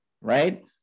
right